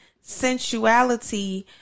sensuality